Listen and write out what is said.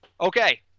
Okay